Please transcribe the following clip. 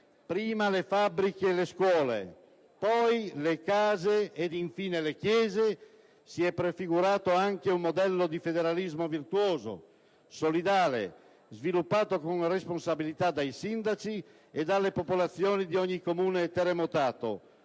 (prima delle fabbriche e delle scuole, poi delle case ed infine delle chiese), si è prefigurato anche un modello di federalismo virtuoso, solidale, sviluppato con responsabilità dai sindaci e dalle popolazioni di ogni Comune terremotato.